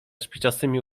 spiczastymi